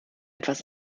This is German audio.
etwas